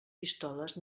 pistoles